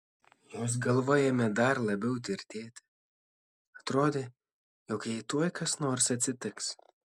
jos galva ėmė dar labiau tirtėti atrodė jog jai tuoj kas nors atsitiks